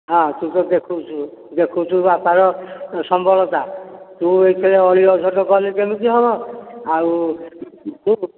ହଁ ତୁ ତ ଦେଖୁଛୁ ଦେଖୁଛୁ ବାପାର ସମ୍ବଳତା ତୁ ଏଥିରେ ଅଳି ଅଝଟ କଲେ କେମିତି ହେବ ଆଉ ତୁ